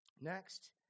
Next